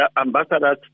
ambassadors